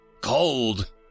cold